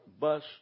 bus